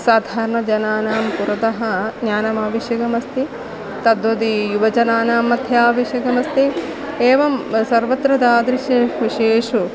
साधारणजनानां पुरतः ज्ञानम् आवश्यकमस्ति तद्वधि युवजनानाम्मध्ये आवश्यकमस्ति एवं सर्वत्र तादृशः विषयेषु